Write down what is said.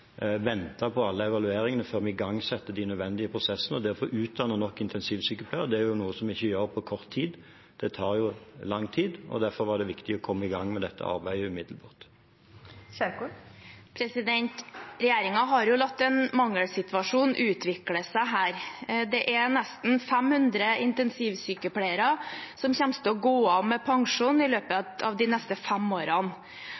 vente på alle evalueringene før vi igangsetter de nødvendige prosessene, og det er å utdanne nok intensivsykepleiere. Det er noe som ikke gjøres på kort tid, det tar lang tid. Derfor var det viktig å komme i gang med dette arbeidet umiddelbart. Regjeringen har jo latt en mangelsituasjon utvikle seg her. Det er nesten 500 intensivsykepleiere som kommer til å gå av med pensjon i løpet